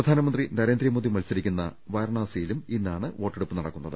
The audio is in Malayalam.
പ്രധാനമന്ത്രി നരേന്ദ്രമോദി മത്സരി ക്കുന്ന വാരാണസിയിലും ഇന്നാണ് വോട്ടെടുപ്പ് നടക്കുന്നത്